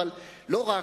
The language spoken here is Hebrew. אבל לא רק,